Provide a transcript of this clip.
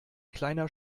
kleiner